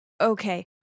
Okay